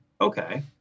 Okay